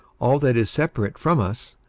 all that is separate from us,